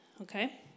okay